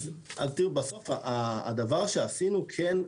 בסוף הדבר שעשינו כן,